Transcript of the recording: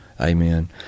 Amen